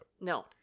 No